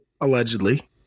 allegedly